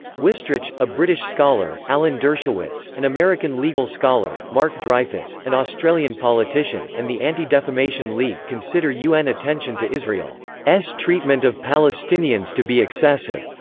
wistrich, a british scholar, alan dershowitz, an american legal scholar, mark dreyfus, an australian politician, and the anti-defamation league consider un attention to israel's treatment of palestinians to be excessive.